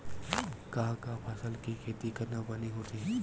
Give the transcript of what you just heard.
का का फसल के खेती करना बने होथे?